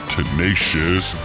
Tenacious